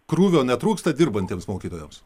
krūvio netrūksta dirbantiems mokytojams